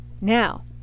Now